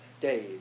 days